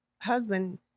husband